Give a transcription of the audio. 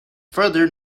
further